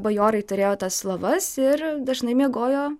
bajorai turėjo tas lovas ir dažnai miegojo